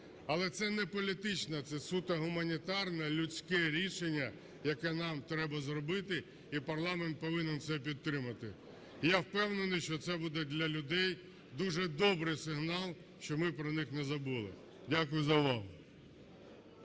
але це не політичне, це суто гуманітарне людське рішення, яке нам треба зробити і парламент повинен це підтримати. І я впевнений, що це буде для людей дуже добрий сигнал, що ми про них не забули. Дякую за увагу.